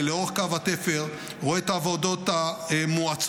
לאורך קו התפר רואה את העבודות המואצות,